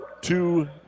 two